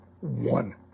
one